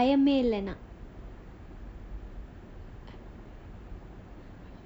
பலமே இல்லனா:balamae illanaa